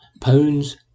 Pounds